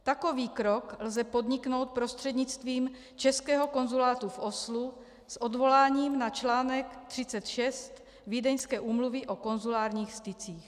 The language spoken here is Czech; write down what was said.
Takový krok lze podniknout prostřednictvím českého konzulátu v Oslu s odvoláním na článek 36 Vídeňské úmluvy o konzulárních stycích.